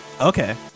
Okay